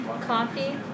coffee